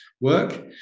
work